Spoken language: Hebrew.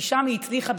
כי שם היא הצליחה,